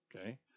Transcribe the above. okay